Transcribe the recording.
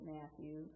Matthew